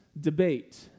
debate